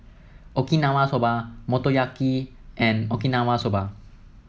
Okinawa Soba Motoyaki and Okinawa Soba